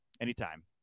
anytime